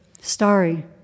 starry